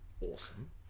awesome